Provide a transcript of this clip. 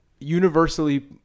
universally